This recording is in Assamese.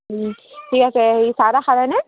ঠিক আছে হেৰি চাহ তাহ খালেনে